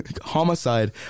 Homicide